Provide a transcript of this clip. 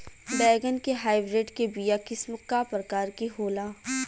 बैगन के हाइब्रिड के बीया किस्म क प्रकार के होला?